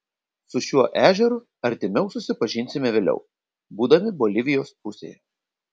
su šiuo ežeru artimiau susipažinsime vėliau būdami bolivijos pusėje